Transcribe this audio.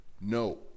No